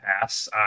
pass